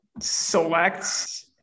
selects